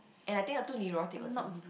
and I think I'm too neurotic also